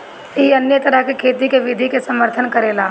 इ अन्य तरह के खेती के विधि के समर्थन करेला